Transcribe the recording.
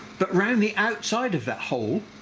but round the outside of that hole